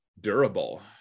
durable